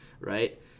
right